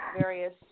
various